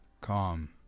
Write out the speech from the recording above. Calm